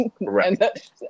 Right